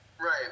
Right